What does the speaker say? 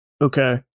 okay